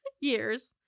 years